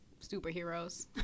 superheroes